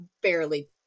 barely